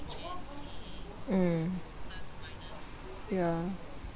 mm ya